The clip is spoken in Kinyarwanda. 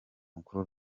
mukuru